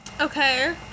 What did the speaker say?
Okay